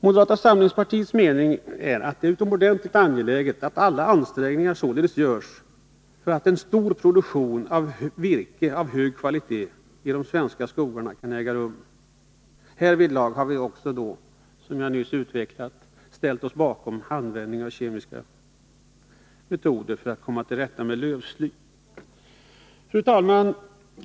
Moderata samlingspartiets mening är att det är utomordentligt angeläget att alla ansträngningar görs för att en stor produktion av virke av hög kvalitet i de svenska skogarna kan äga rum. Härvidlag har vi också, som jag nyss utvecklade, ställt oss bakom användning av kemiska metoder för att komma till rätta med lövslyet. Fru talman!